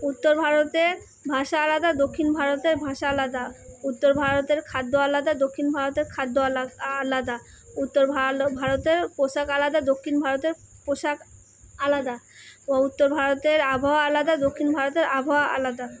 উত্তর ভারতে ভাষা আলাদা দক্ষিণ ভারতের ভাষা আলাদা উত্তর ভারতের খাদ্য আলাদা দক্ষিণ ভারতের খাদ্য আলাদা উত্তর ভাল ভারতের পোশাক আলাদা দক্ষিণ ভারতের পোশাক আলাদা ও উত্তর ভারতের আবহাওয়া আলাদা দক্ষিণ ভারতের আবহাওয়া আলাদা